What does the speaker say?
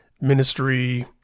Ministry